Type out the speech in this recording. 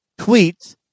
tweets